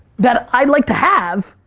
that i'd like to have.